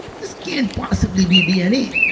this can't possibly be dna.